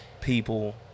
people